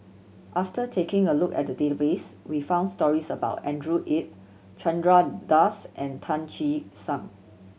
after taking a look at the database we found stories about Andrew Yip Chandra Das and Tan Che Sang